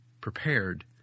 prepared